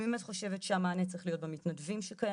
אני באמת חושבת שהמענה צריך להיות במתנדבים שקיימים,